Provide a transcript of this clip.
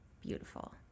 beautiful